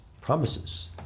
promises